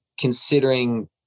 considering